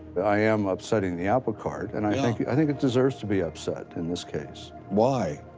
i am upsetting the applecart. and i think i think it deserves to be upset in this case. why?